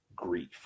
grief